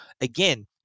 again